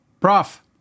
Prof